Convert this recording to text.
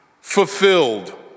fulfilled